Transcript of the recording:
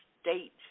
state